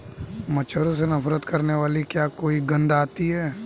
मच्छरों से नफरत करने वाली क्या कोई गंध आती है?